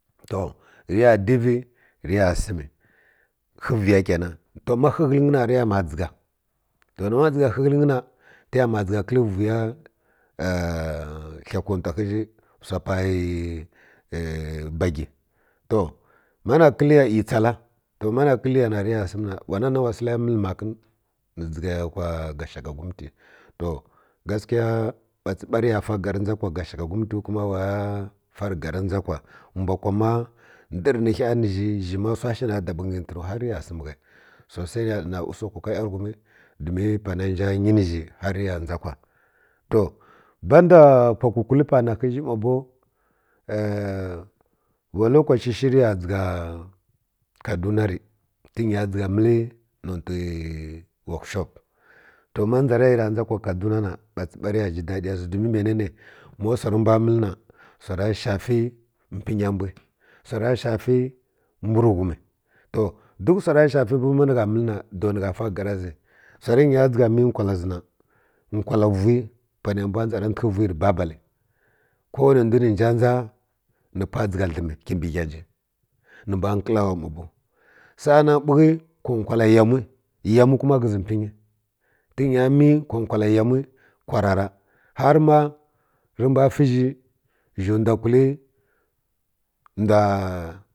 To riya divə və ya dəmə ghənya kenan to ma ti gheghiling rə ya mma dʒiga to mana dʒiga ghaghələn na tə ya ma hi kontə ghə zhi wsa bagi to mana kəi ya iyi tsala to mana kəl na rə ya səm na wana na ni wa sələ ya məl makən ni dʒiga ya kwa ga gashagagumti to gasiky bats ba rə ya ga gar dʒa kwa mbw kwa ma ndər ni ghə ni zhi zhi ma wsa shiw na ra dab ghənyi ghə tə nuwi har rə ya səm ghəya so dai rə ya ɗan usako ka yanigha in domin panə nda nyi ni zhi har rə dʒa kwa to band pwa kukul pana ghə zhi ma boo wa lokace shi rə ya dʒiga kaduna rə tə ghə nya dʒiga məl nin fə wakshop to ma dʒa rə ra dʒa kwa kaduna na bats ba rə ji daɗi ziw domin manene ma wsar rə mbw məl na wsura shafi pənya mbw wsara shafi mbw rə ghum to duk shafi nə gha məl na do ni gha fa gar zhi wsar ghənya dʒiga məl wkwal zhi na wkwal vuwi panrə mbw ndara nfəkə vuwi rə babal ko wane ndw ni nja dʒa ni pwa dʒiga alləm mbə ghəy nji ni mbw nkiawa mma bow sa’anan ka bunkə ko wkala yaməə yaməəa kuma ghə zi pənyi tə nya mi ko bokala yamai kwa rara har ma rə mbwa fi zhi zhi ndwa kul ndw